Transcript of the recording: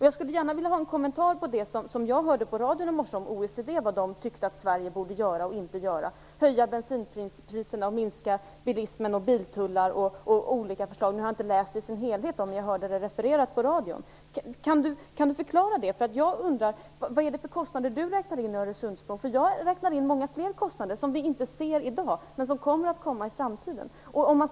Jag skulle gärna vilja ha en kommentar till det som jag hörde på radion i morse om vad OECD tycker att Sverige borde göra och inte göra. Det gällde att höja bensinpriserna, minska bilismen, biltullar osv. Jag har inte läst om detta i dess helhet men hörde det alltså refereras på radion. Kan Sten Andersson förklara vilka kostnader han räknar in i Öresundsbron? Jag räknar många olika kostnader som vi inte ser i dag men som kommer i framtiden.